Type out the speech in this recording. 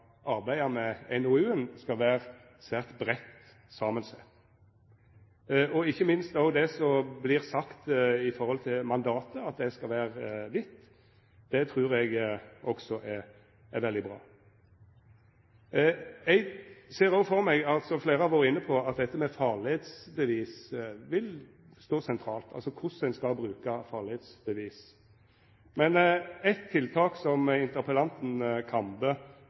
arbeida med NOU-en, skal vera svært breitt samansett. Og ikkje minst trur eg det som blir sagt om mandatet, at det skal vera vidt, er veldig bra. Eg ser òg for meg, som fleire har vore inne på, at farleibevis vil stå sentralt – korleis ein skal bruka farleibevis. Men eitt tiltak som interpellanten